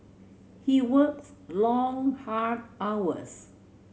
he works long hard hours